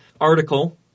article